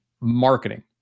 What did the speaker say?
marketing